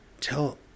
Tell